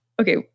Okay